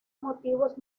motivos